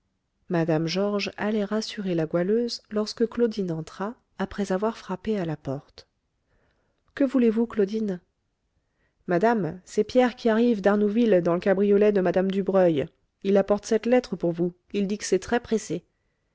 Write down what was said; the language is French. mme georges allait rassurer la goualeuse lorsque claudine entra après avoir frappé à la porte que voulez-vous claudine madame c'est pierre qui arrive d'arnouville dans le cabriolet de mme dubreuil il apporte cette lettre pour vous il dit que c'est